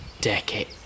decade